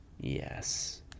Yes